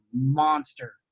monster